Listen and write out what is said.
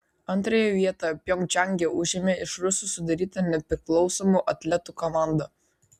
antrąją vietą pjongčange užėmė iš rusų sudaryta nepriklausomų atletų komanda